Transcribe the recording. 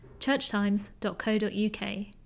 churchtimes.co.uk